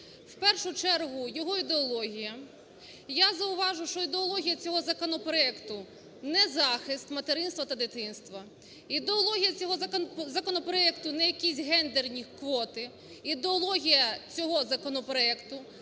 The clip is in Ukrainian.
в першу чергу його ідеологію. Я зауважу, що ідеологія цього законопроекту не захист материнства та дитинства, ідеологія цього законопроекту не якісь гендерні квоти, ідеологія цього законопроекту